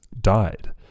died